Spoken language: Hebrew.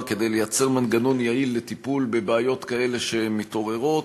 כדי לייצר מנגנון יעיל לטיפול בבעיות כאלה שמתעוררות.